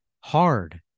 hard